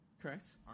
correct